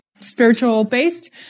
spiritual-based